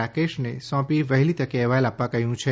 રાકેશને સોંપી વહેલી તકે અહેવાલ આપવા કહ્યું છે